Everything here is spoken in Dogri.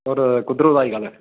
होर कुद्धर ओ अज्जकल